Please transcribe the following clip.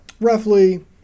roughly